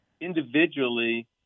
individually